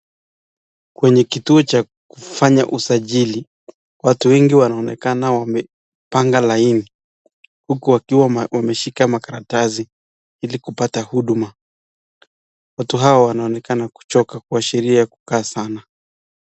Kwenye kituo cha kufanya usajili, watu wengi wanaonekana wamepanga laini huku wakiwa wameshika makaratasi ili kupata huduma. Watu hawa wanaonekana kuchoka, kuashiria wamekaa sana.